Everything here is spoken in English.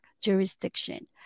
jurisdiction